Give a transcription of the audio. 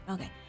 Okay